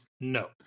No